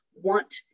want